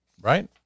right